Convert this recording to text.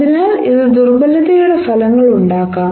അതിനാൽ ഇത് ദുർബലതയുടെ ഫലങ്ങൾ ഉണ്ടാക്കാം